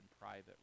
private